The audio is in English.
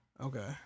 Okay